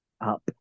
up